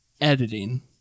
editing